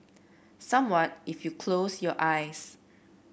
someone if you close your eyes